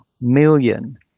million